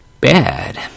bad